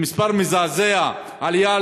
זה מספר מזעזע, עלייה